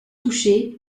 touchés